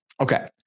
okay